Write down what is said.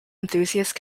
enthusiast